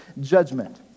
judgment